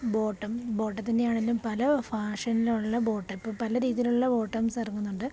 bottom ബോട്ടത്തിൻ്റെ ആണേലും പല ഫാഷനിലുള്ള ബോട്ടപ്പ് പലരീതിലുള്ള ബോട്ടംസ് ഇറങ്ങുന്നുണ്ട്